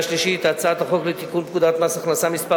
שלישית את הצעת החוק לתיקון פקודת מס הכנסה (מס'